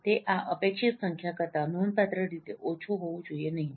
તે આ અપેક્ષિત સંખ્યા કરતા નોંધપાત્ર રીતે ઓછું હોવું જોઈએ નહીં